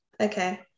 Okay